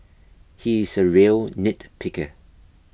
he is a real nitpicker